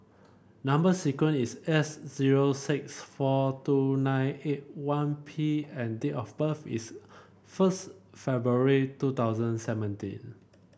number sequence is S zero six four two nine eight one P and date of birth is first February two thousand and seventeen